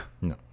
No